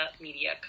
Media